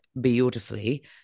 beautifully